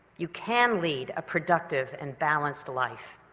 you can lead a productive and balanced life.